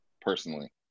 personally